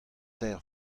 teir